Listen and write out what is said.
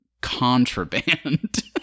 contraband